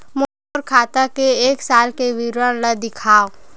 मोर खाता के एक साल के विवरण ल दिखाव?